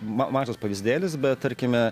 ma mažas pavyzdėlis bet tarkime